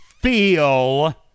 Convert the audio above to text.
feel